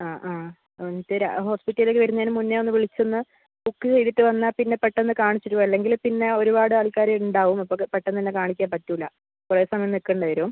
ആ ആ തരാം ഹോസ്പിറ്റലിലേക്ക് വരുന്നതിന് മുന്നേ ഒന്ന് വിളിച്ചൊന്ന് ബുക്ക് ചെയ്തിട്ട് വന്നാൽ പിന്നെ പെട്ടെന്ന് കാണിച്ചിട്ട് പോവാം അല്ലെങ്കിൽ പിന്നെ ഒരുപാട് ആൾക്കാർ ഉണ്ടാവും അപ്പം പെട്ടെന്ന് തന്നെ കാണിക്കാൻ പറ്റില്ല കുറേ സമയം നിൽക്കേണ്ടി വരും